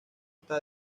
está